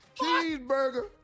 Cheeseburger